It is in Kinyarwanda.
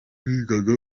bigaga